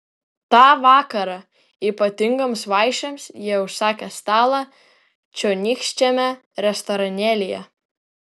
tą vakarą ypatingoms vaišėms jie užsakė stalą čionykščiame restoranėlyje